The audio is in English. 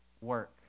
work